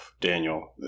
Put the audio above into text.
Daniel